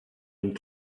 and